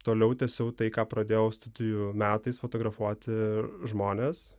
toliau tęsiau tai ką pradėjau studijų metais fotografuoti žmones